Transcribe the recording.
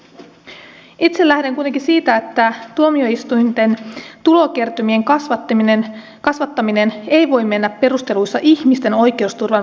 itse lähden kuitenkin siitä että tuomioistuinten tulokertymien kasvattaminen ei voi mennä perusteluissa ihmisten oikeusturvan varmistamisen edelle